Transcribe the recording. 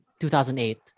2008